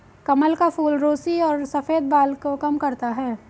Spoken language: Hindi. कमल का फूल रुसी और सफ़ेद बाल को कम करता है